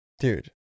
Dude